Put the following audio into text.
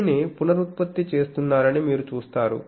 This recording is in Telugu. దీనిని పునరుత్పత్తి చేస్తున్నారని మీరు చూస్తారు